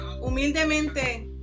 humildemente